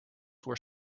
were